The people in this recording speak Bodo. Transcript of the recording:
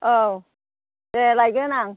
औ दे लायगोन आं